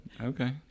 Okay